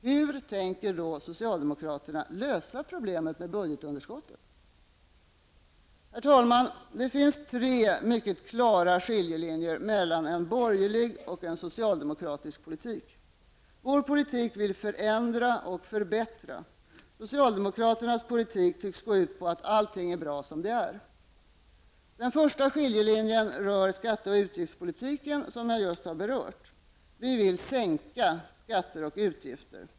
Hur tänker då socialdemokraterna lösa problemet med budgetunderskottet? Herr talman! Det finns tre mycket klara skiljelinjer mellan en borgerlig och en socialdemokratisk politik. Vår politik vill förändra och förbättra. Socialdemokraternas politik tycks gå ut på att allt är bra som det är. Den första skiljelinjen rör skatte och utgiftspolitiken, som jag just har berört. Vi vill sänka skatter och utgifter.